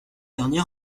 dernière